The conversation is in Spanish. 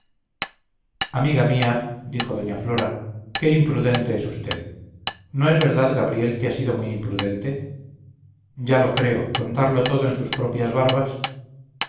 amiga mía dijo doña flora qué imprudente es usted no es verdad gabriel que ha sido muy imprudente ya lo creo contarlo todo en sus propias barbas